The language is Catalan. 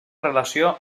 relació